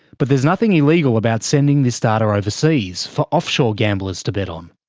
but there's nothing illegal about sending this data overseas, for offshore gamblers to bet on.